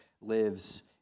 lives